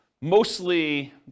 mostly